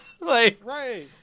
Right